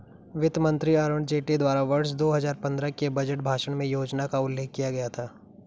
वित्त मंत्री अरुण जेटली द्वारा वर्ष दो हजार पन्द्रह के बजट भाषण में योजना का उल्लेख किया गया था